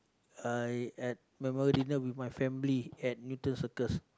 I at memorable dinner with my family at Newton-Circus